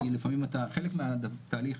חלק מהתהליך,